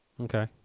Okay